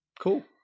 Cool